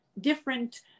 different